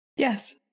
Yes